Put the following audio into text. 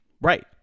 Right